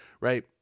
right